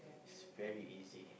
is very easy